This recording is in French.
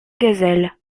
gazelles